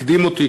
הקדים אותי,